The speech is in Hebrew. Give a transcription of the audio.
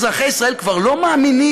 אזרחי ישראל כבר לא מאמינים